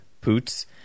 Poots